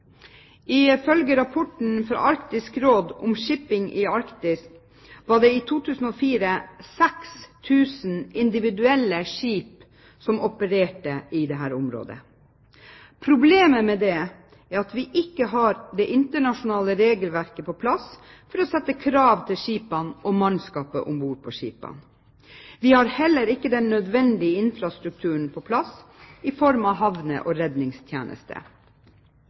Ifølge rapporten fra Arktisk råd om shipping i Arktis var det i 2004 6 000 individuelle skip som opererte i dette området. Problemet med dette er at vi ikke har det internasjonale regelverket på plass for å stille krav til skipene og mannskapet om bord. Vi har heller ikke den nødvendige infrastrukturen på plass i form av havner og redningstjeneste.